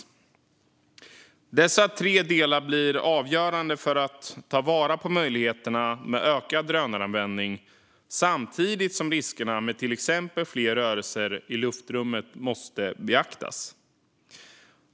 Dessa tre delar blir avgörande för att ta vara på möjligheterna med ökad drönaranvändning samtidigt som riskerna med till exempel fler rörelser i luftrummet måste beaktas.